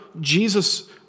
Jesus